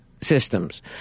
systems